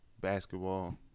basketball